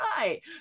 right